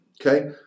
Okay